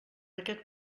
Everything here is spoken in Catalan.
aquest